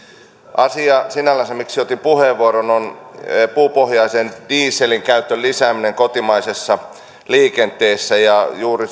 asia sinällänsä miksi otin puheenvuoron on puupohjaisen dieselin käytön lisääminen kotimaisessa liikenteessä ja juuri